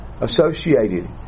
associated